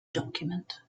document